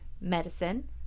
medicine